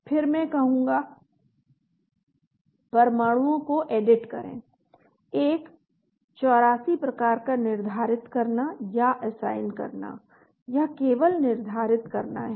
फिर मैं कहूंगा परमाणुओं को एडिट करें एक 84 प्रकार का निर्धारित करना य असाइन करना यह केवल निर्धारित करना है